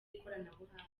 ikoranabuhanga